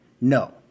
No